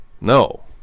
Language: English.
No